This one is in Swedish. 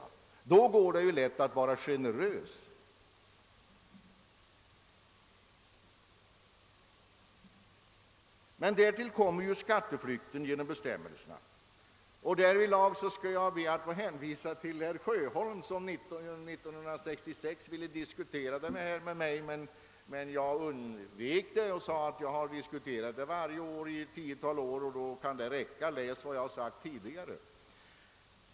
Då går det lätt att vara generös. Därtill kommer skatteflykten genom bestämmelserna. Därvidlag ber jag att få hänvisa till herr Sjöholm, som år 1966 ville diskutera denna fråga med mig. Jag undvek det och förklarade att jag hade diskuterat den varje riksdag 1 ett tiotal år och att det kunde räcka; i stället kunde han läsa vad jag sagt tidigare.